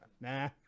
nah